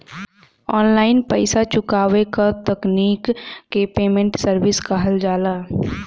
online पइसा चुकावे क तकनीक के पेमेन्ट सर्विस कहल जाला